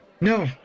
No